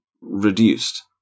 reduced